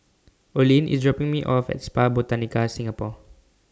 Olene IS dropping Me off At Spa Botanica Singapore